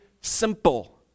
simple